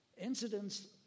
Incidents